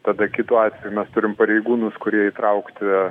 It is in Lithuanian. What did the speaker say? tada kitu atveju mes turim pareigūnus kurie įtraukti